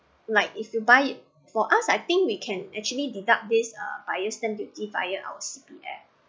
like if you buy it for us I think we can actually deduct this uh buyer's stamp duty via our C_P_F